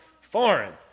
foreign